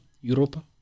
Europa